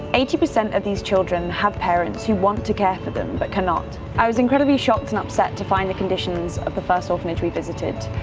eighty percent of these children have parents who want to care for them, but cannot. i was incredibly shocked and upset to find the conditions of the first orphanage we visited,